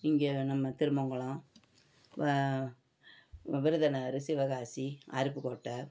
இங்கே நம்ம திருமங்களம் விருதுநகர் சிவகாசி அருப்புக்கோட்டை